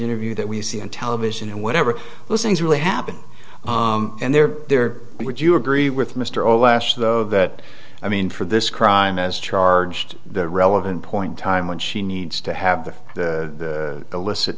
interview that we see on television and whatever those things really happen and they're there would you agree with mr or less though that i mean for this crime as charged the relevant point time when she needs to have the illicit